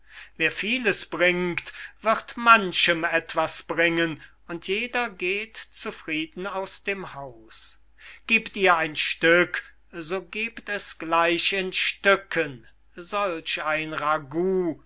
wer vieles bringt wird manchem etwas bringen und jeder geht zufrieden aus dem haus gebt ihr ein stück so gebt es gleich in stücken solch ein ragout